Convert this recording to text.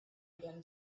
again